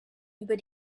über